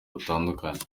rutandukanye